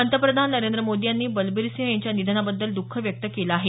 पंतप्रधान नरेंद्र मोदी यांनी बलबीरसिंह यांच्या निधनाबद्दल दुःख व्यक्त केलं आहे